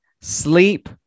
sleep